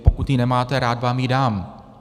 Pokud ji nemáte, rád vám ji dám.